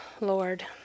Lord